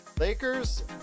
Lakers